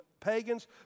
pagans